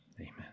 Amen